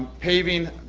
paving,